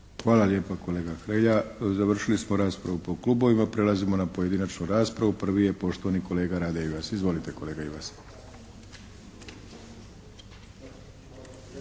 Hvala lijepa kolega Hrelja. Završili smo raspravu po klubovima. Prelazimo na pojedinačnu raspravu. Prvi je poštovani kolega Rade Ivas. Izvolite kolega Ivas.